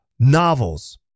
Novels